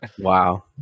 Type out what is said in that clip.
Wow